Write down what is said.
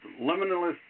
limitless